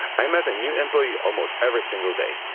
i met a new employee almost every single day.